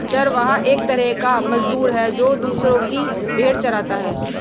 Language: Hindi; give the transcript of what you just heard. चरवाहा एक तरह का मजदूर है, जो दूसरो की भेंड़ चराता है